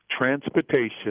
transportation